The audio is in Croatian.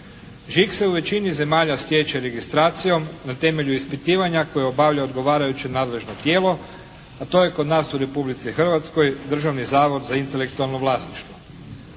Žig se u većini zemalja stječe registracijom na temelju ispitivanja koje obavlja odgovarajuće nadležno tijelo, a to je kod nas u Republici Hrvatskoj Državni zavod za intelektualno vlasništvo.